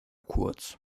kurz